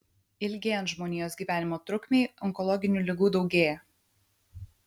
ilgėjant žmonijos gyvenimo trukmei onkologinių ligų daugėja